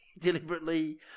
deliberately